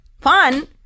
Fun